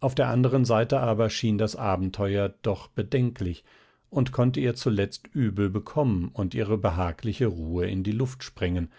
auf der anderen seite aber schien das abenteuer doch bedenklich und konnte ihr zuletzt übel bekommen und ihre behagliche ruhe in die luft sprengen